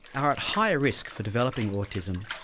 are at higher risk for developing autism.